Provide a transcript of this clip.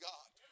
God